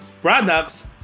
products